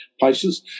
places